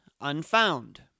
Unfound